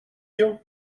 you